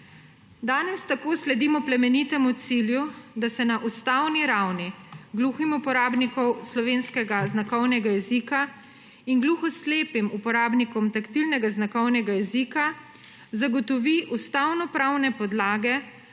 Danes tako sledimo plemenitemu cilju, da se na ustavni ravni gluhim uporabnikom slovenskega znakovnega jezika in gluho slepim uporabnikom taktilnega znakovnega jezika zagotovi ustavno pravne podlage